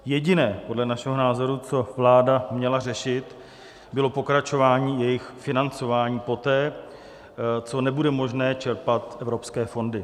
Jediné, co podle našeho názoru vláda měla řešit, bylo pokračování jejich financování poté, co nebude možné čerpat evropské fondy.